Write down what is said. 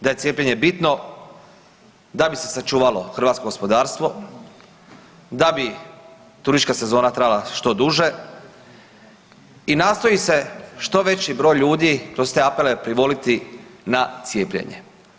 Da je cijepljenje bitno, da bi se sačuvalo hrvatsko gospodarstvo, da bi turistička sezona trajala što duže i nastoji se što veći broj ljudi kroz te apele privoliti na cijepljenje.